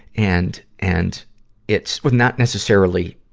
and, and it's was not necessarily,